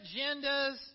agendas